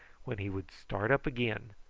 when he would start up again,